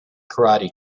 karate